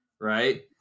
right